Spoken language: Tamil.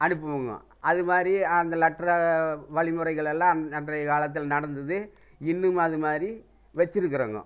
அனுப்புவோங்க அது மாதிரி அந்த லெட்டர வழிமுறைகள் எல்லாம் அன்றைய காலத்தில் நடந்துது இன்னும் அது மாதிரி வெச்சிருக்கறேங்க